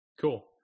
cool